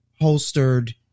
Holstered